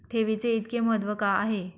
ठेवीचे इतके महत्व का आहे?